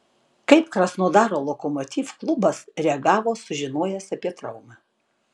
kaip krasnodaro lokomotiv klubas reagavo sužinojęs apie traumą